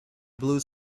blue